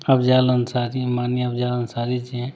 अफ़जाल अंसारी माननीय अफ़जाल अंसारी जी हें